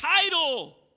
title